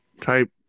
type